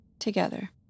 Together